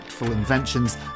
inventions